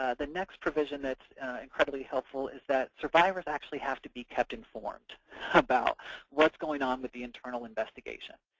ah the next provision that's incredibly helpful is that survivors actually have to be kept informed about what's going on with the internal investigation.